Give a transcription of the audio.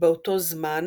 באותו הזמן